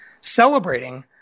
celebrating